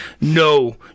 no